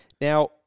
now